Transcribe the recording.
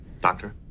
Doctor